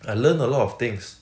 I learn a lot of things